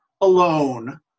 alone